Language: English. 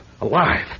Alive